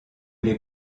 les